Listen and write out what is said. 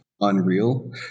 unreal